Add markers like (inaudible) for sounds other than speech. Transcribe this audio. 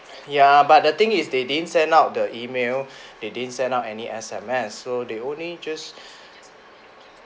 ya but the thing is they didn't send out the email they didn't send out any S_M_S so they only just (breath)